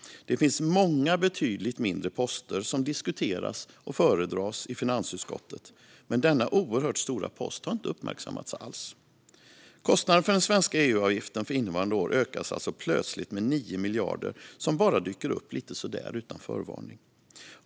Det finns många betydligt mindre poster som diskuteras och föredras i finansutskottet, men denna oerhört stora post har inte uppmärksammats alls. Kostnaden för den svenska EU-avgiften för innevarande år ökas alltså plötsligt med 9 miljarder, som bara dyker upp lite så där utan förvarning.